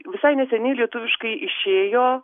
visai neseniai lietuviškai išėjo